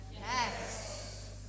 Yes